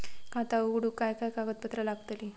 खाता उघडूक काय काय कागदपत्रा लागतली?